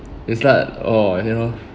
you start oh you know